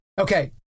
Okay